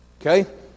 Okay